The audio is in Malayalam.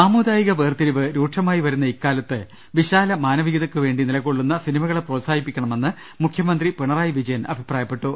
സാമുദായിക വേർതിരിവ് രൂക്ഷമായി വരുന്ന ഇക്കാലത്ത് വിശാല മാനവികതയ്ക്കുവേണ്ടി നിലകൊള്ളുന്ന സിനിമകളെ പ്രോത്സാഹിപ്പിക്കണമെന്ന് മുഖ്യമന്ത്രി പിണറായി വിജയൻ അഭിപ്രായപ്പെട്ടു